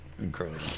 Incredible